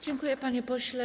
Dziękuję, panie pośle.